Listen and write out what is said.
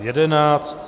11.